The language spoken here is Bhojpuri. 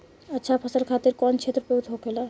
अच्छा फसल खातिर कौन क्षेत्र उपयुक्त होखेला?